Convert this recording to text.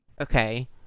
Okay